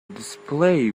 display